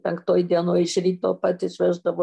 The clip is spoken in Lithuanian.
penktoj dienoj iš ryto pat išveždavo